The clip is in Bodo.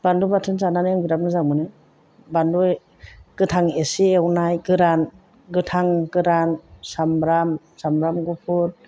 बानलु बाथोन जानानै आं बिराद मोजां मोनो बानलु गोथां एसे एवनाय गोरान गोथां गोरान साम्ब्राम साम्ब्राम गुफुर